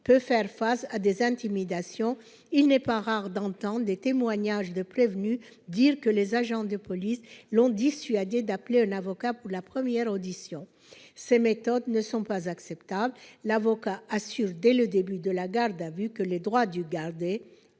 peut faire face à des intimidations. Il n'est pas rare d'entendre des prévenus témoigner que des agents de police les ont dissuadés d'appeler leur avocat pour la première audition. De telles méthodes ne sont pas acceptables. L'avocat est une garantie que, dès le début de la garde à vue, les droits du gardé